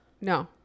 No